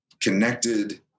connected